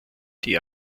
die